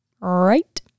Right